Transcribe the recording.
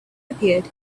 appeared